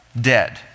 dead